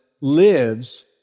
lives